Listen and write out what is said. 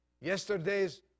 Yesterday's